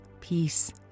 peace